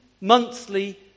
monthly